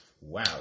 Wow